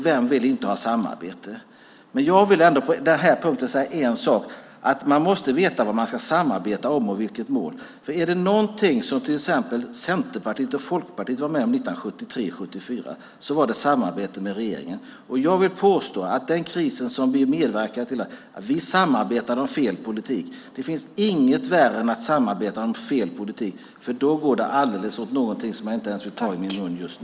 Vem vill inte ha samarbete? Jag vill ändå säga en sak på denna punkt. Man måste veta vad man ska samarbeta om. År 1973-1974 samarbetade Centerpartiet och Folkpartiet med regeringen. Jag vill påstå att vi då medverkade till en kris. Vi samarbetade om fel politik. Det finns inget värre än att samarbeta om fel politik. Då går det alldeles åt något som jag inte ens vill ta i min mun.